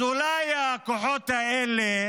אז אולי הכוחות האלה